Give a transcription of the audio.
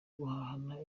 guhanahana